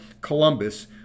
Columbus